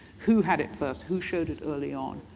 who had it first, who showed it early on?